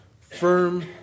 firm